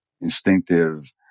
instinctive